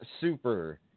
Super